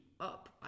up